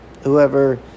whoever